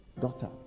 daughter